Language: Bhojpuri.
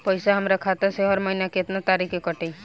पैसा हमरा खाता से हर महीना केतना तारीक के कटी?